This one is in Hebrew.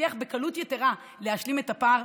תצליח בקלות יתרה להשלים את הפער,